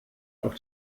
auf